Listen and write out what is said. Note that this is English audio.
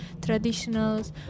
traditionals